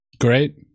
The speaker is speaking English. Great